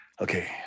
Okay